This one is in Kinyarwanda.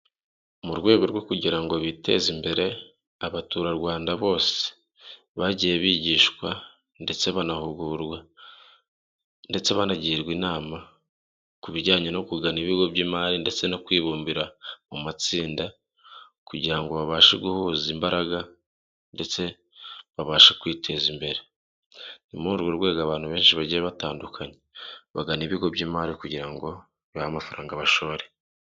Mu rwego rwo kugira ngo biteze imbere, Abaturarwanda bose bagiye bigishwa ndetse banahugurwa ndetse banagirwa inama ku bijyanye no kugana ibigo by'imari ndetse no kwibumbira mu matsinda kugira ngo babashe guhuza imbaraga ndetse babashe kwiteza imbere. Ni muri urwo rwego abantu benshi bagiye batandukanye bagana ibigo by'imari kugira ngo babahe amafaranga bashore.